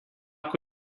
ako